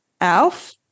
Alf